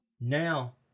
Now